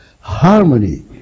harmony